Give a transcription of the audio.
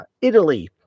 Italy